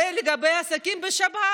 ולגבי עסקים בשבת,